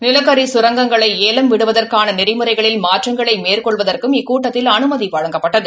நீலக்கரி சுரங்கங்களை ஏலம் விடுவதற்கான நெறிமுறைகளில் மாற்றங்களை மேற்கொள்வதற்கும் இக்கூட்டத்தில் அனுமதி வழங்கப்பட்டது